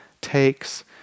takes